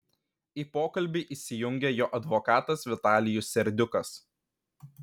į pokalbį įsijungė jo advokatas vitalijus serdiukas